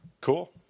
cool